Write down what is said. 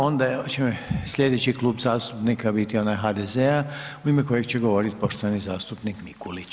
Onda će sljedeći klub zastupnika biti onaj HDZ-a u ime kojega će govoriti poštovani zastupnik Mikulić.